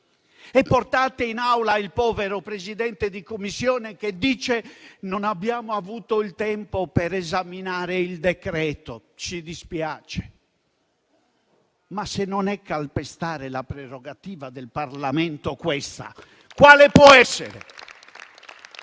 Portate in Aula il povero Presidente di Commissione, che dice che non hanno avuto il tempo per esaminare il decreto, e gli dispiace. Ma se non è calpestare la prerogativa del Parlamento questa, quale può essere?